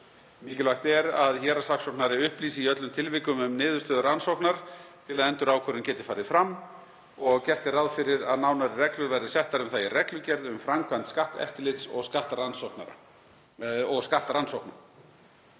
Mikilvægt er að héraðssaksóknari upplýsi í öllum tilvikum um niðurstöðu rannsóknar til að endurákvörðun geti farið fram og gert er ráð fyrir að nánari reglur verði settar um það í reglugerð um framkvæmd skatteftirlits og skattrannsókna.